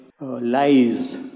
lies